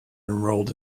enrolled